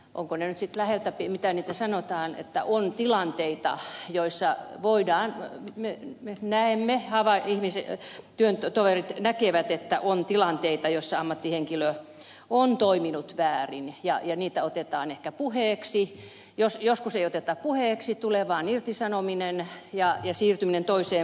onko neitsyt läheltä pimittää niitä sanotaan että ovatko ne nyt sitten läheltä piti miten nyt sanotaan työtoverit näkevät että on tilanteita joissa ammattihenkilö on toiminut väärin ja niitä otetaan ehkä puheeksi joskus ei oteta puheeksi tulee vaan irtisanominen ja siirtyminen toiseen paikkaan